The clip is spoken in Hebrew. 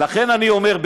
לכן אני אומר,